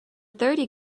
thirty